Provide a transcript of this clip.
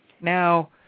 Now